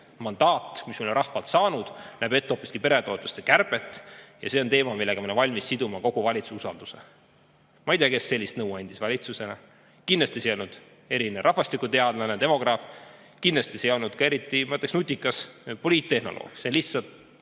mandaat, mis me oleme rahvalt saanud, näeb ette hoopiski peretoetuste kärbet ja see on teema, millega me oleme valmis siduma kogu valitsuse usalduse. Ma ei tea, kes sellist nõu andis valitsusele. Kindlasti see ei olnud eriline rahvastikuteadlane, demograaf. Kindlasti see ei olnud ka eriti, ma ütleks, nutikas poliittehnoloog. See on lihtsalt